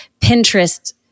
Pinterest